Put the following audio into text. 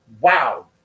wow